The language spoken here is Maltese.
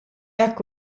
hekk